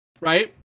right